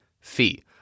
fee